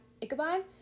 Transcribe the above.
ichabod